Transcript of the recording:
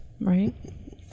Right